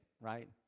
right